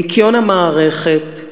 ניקיון המערכת,